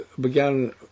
began